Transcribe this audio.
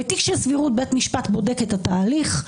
בתיק של סבירות בית משפט בודק את התהליך,